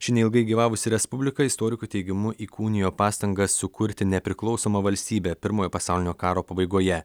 ši neilgai gyvavusi respublika istorikų teigimu įkūnijo pastangas sukurti nepriklausomą valstybę pirmojo pasaulinio karo pabaigoje